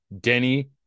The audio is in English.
Denny